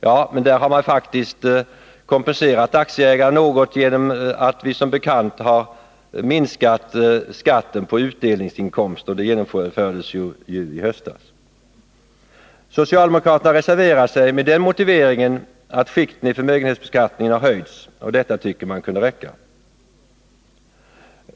Ja, men aktieägaren har faktiskt kompenserats något genom att vi som bekant i höstas minskade skatten på utdelningsinkomster. Socialdemokraterna har reserverat sig med den motiveringen att skikten i förmögenhetsbeskattningen har räknats upp, och detta tycker de kan räcka.